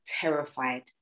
terrified